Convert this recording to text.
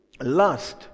lust